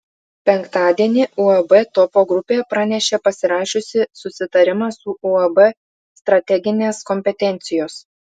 penktadienį uab topo grupė pranešė pasirašiusi susitarimą su uab strateginės kompetencijos